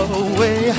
away